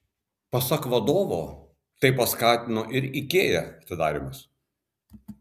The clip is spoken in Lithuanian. pasak vadovo tai paskatino ir ikea atidarymas